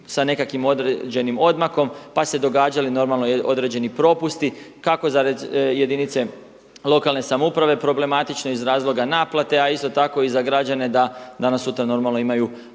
sa nekakvim određenim odmakom pa su se događali, normalno određeni propusti, kako za jedinice lokalne samouprave, problematično iz razloga naplate a isto tako i za građane da danas sutra normalno imaju